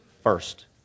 First